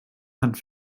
hand